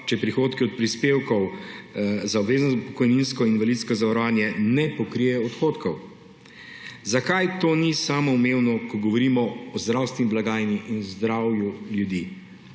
če prihodki od prispevkov za obvezno pokojninsko in invalidsko zavarovanje ne pokrijejo odhodkov. Zakaj to ni samoumevno, ko govorimo o zdravstveni blagajni in zdravju ljudi,